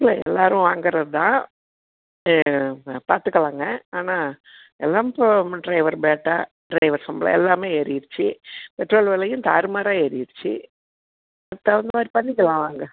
இல்லை எல்லோரும் வாங்கிறது தான் பார்த்துக்கலாங்க ஆனால் எல்லாம் இப்போ ட்ரைவர் பேட்டா ட்ரைவர் சம்பளம் எல்லாம் ஏறிடுச்சி பெட்ரோல் விலையும் தாறு மாறாக ஏறிடுச்சி அதுக்கு தகுந்த மாதிரி பண்ணிக்கலாம் வாங்க